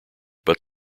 but